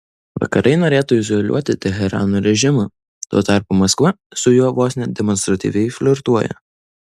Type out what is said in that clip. vakarai norėtų izoliuoti teherano režimą tuo tarpu maskva su juo vos ne demonstratyviai flirtuoja